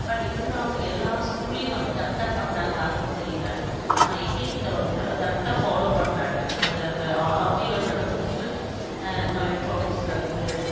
but இருந்தாலும் அது எல்லா ஸ்கூல்லியும் அது கரெட்டாக பண்ணுறாங்களான்றது தெரியல ஆனால் ஏகேடியில் வந்து அதை கரெட்டாக ஃபாலோவ் பண்ணுறாங்க அந்த அந்த ஆர்டி அது நடத்தும்போது கலெக்டர் ஆஃபிஸிலிருந்து